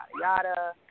yada